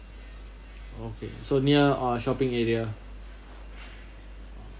okay so near err shopping area